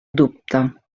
dubte